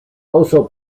also